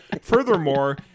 Furthermore—